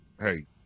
hey